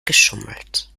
geschummelt